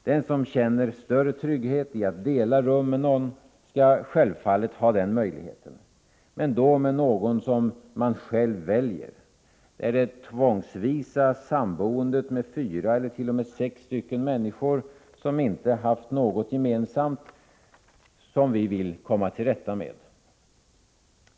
Den som känner större trygghet i att dela rum med någon skall självfallet ha den möjligheten — men då med någon som man själv väljer. Det är det tvångsvisa samboendet, med fyra eller t.o.m. sex stycken människor som inte haft något gemensamt, som vi vill kommiå till rätta med.